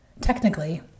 Technically